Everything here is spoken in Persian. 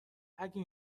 اگه